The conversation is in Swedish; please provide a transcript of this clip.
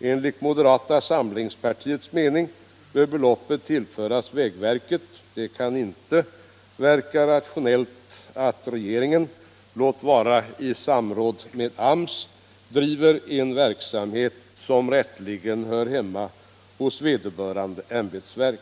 Enligt moderata samlingspartiets mening bör beloppet tillföras vägverket. Det kan inte vara rationellt att regeringen, låt vara i samråd med AMS, driver en verksamhet som rätteligen hör hemma i vederbörande ämbetsverk.